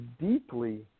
deeply